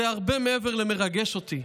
זה הרבה מעבר למרגש אותי.